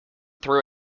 through